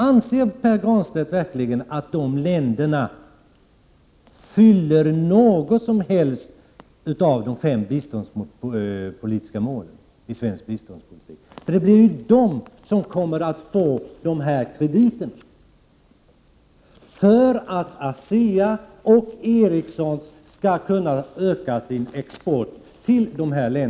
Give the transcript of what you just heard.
Anser Pär Granstedt verkligen att de länderna uppfyller något som helst av de fem biståndspolitiska målen i svensk biståndspolitik? Det är ju de här länderna som kommer att få dessa krediter, för att ASEA och Ericsson skall kunna öka sin export dit.